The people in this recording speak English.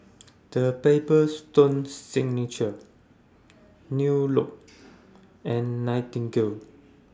The Paper Stone Signature New Look and Nightingale